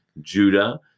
Judah